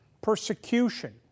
persecution